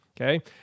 okay